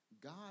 God